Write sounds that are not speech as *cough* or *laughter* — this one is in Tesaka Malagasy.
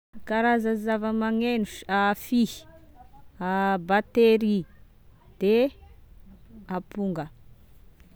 Karaza zava-magneno so- afihy *hesitation* a batery, de aponga